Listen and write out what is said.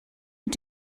mit